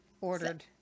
ordered